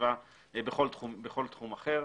הסביבה בכול תחום אחר.